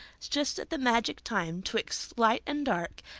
just at the magic time twixt light and dark,